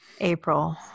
April